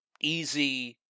easy